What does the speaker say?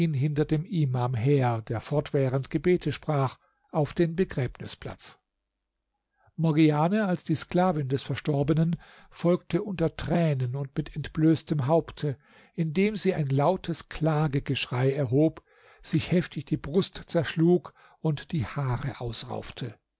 hinter dem imam her der fortwährend gebete sprach auf den begräbnisplatz morgiane als die sklavin des verstorbenen folgte unter tränen und mit entblößtem haupte indem sie ein lautes klagegeschrei erhob sich heftig die brust zerschlug und die haare ausraufte